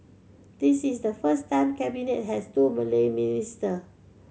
this is the first time Cabinet has two Malay minister